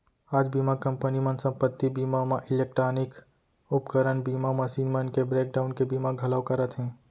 आज बीमा कंपनी मन संपत्ति बीमा म इलेक्टानिक उपकरन बीमा, मसीन मन के ब्रेक डाउन के बीमा घलौ करत हें